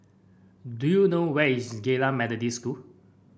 do you know where is Geylang Methodist School